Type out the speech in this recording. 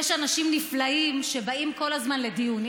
יש אנשים נפלאים שבאים כל הזמן לדיונים.